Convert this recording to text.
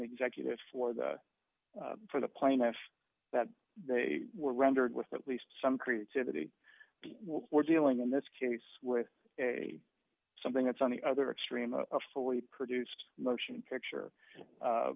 executive for the for the plaintiff that they were rendered with at least some creativity we're dealing in this case with a something that's on the other extreme of a fully produced motion picture